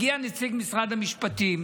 הגיע נציג משרד המשפטים,